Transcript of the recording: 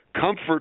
comfort